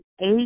eight